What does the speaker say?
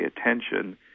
attention